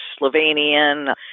Slovenian